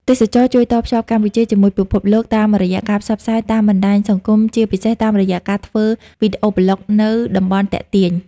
ទេសចរណ៍ជួយតភ្ជាប់កម្ពុជាជាមួយពិភពលោក តាមរយៈការផ្សព្វផ្សាយតាមបណ្តាញសង្គមជាពិសេសតាមរយះការធ្វើវីដេអូប្លុកនៅតំបន់ទាក់ទាញ។